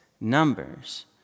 Numbers